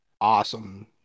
awesome